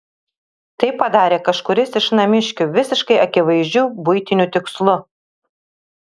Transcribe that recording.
tai padarė kažkuris iš namiškių visiškai akivaizdžiu buitiniu tikslu